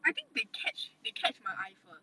I think they catch they catch my eye first